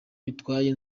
bitwaye